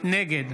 נגד